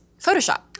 Photoshop